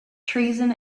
treason